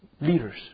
leaders